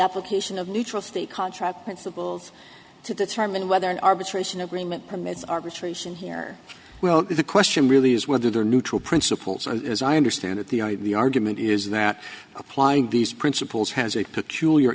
application of neutral state contract principles to determine whether an arbitration agreement permits arbitration here well the question really is whether they are neutral principles and as i understand it the id argument is that applying these principles has a peculiar